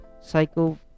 psycho